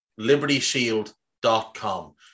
LibertyShield.com